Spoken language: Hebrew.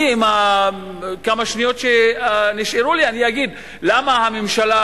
בכמה השניות שנשארו לי אני אגיד למה הממשלה